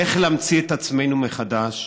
איך להמציא את עצמנו מחדש,